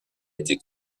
été